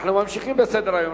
אנחנו ממשיכים בסדר-היום,